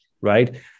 right